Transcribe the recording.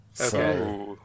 Okay